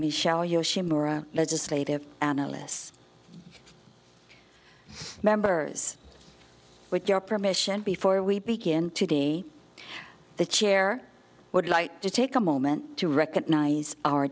yoshimura legislative analysts members with your permission before we begin today the chair would like to take a moment to recognize our